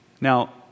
Now